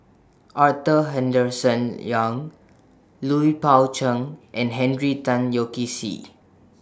Arthur Henderson Young Lui Pao Chuen and Henry Tan Yoke See